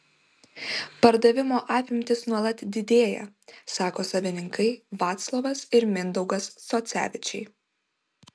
pardavimo apimtys nuolat didėja sako savininkai vaclovas ir mindaugas socevičiai